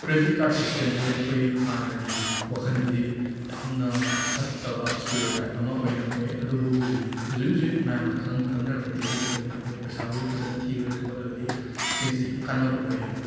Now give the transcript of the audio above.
credit card ꯁꯤꯁꯇꯦꯝꯁꯦ ꯑꯩꯈꯣꯏ ꯍꯥꯟꯅꯒꯤ ꯋꯥꯈꯟꯗꯗꯤ ꯌꯥꯝꯅ ꯐꯠꯇꯕ ꯁ꯭ꯇꯤꯔ꯭ꯌꯣꯇꯥꯏꯞ ꯑꯃ ꯑꯣꯏꯅ ꯑꯣꯏ ꯑꯗꯨꯕꯨ ꯍꯧꯖꯤꯛ ꯍꯧꯖꯤꯛ ꯍꯧꯖꯤꯛ ꯃꯌꯥꯝꯅ ꯈꯪ ꯈꯪꯅꯔꯛꯄꯗꯩꯗꯤ ꯈꯤꯇꯅꯦ ꯑꯩꯈꯣꯏꯅ ꯄꯩꯁꯥꯕꯨ ꯐꯖꯟꯅ ꯊꯤꯔꯒ ꯊꯧꯍꯜꯂꯒꯗꯤ ꯁꯤꯒꯤꯁꯤ ꯌꯥꯝꯅ ꯀꯥꯟꯅꯕ ꯑꯣꯏ ꯍꯥꯏꯕ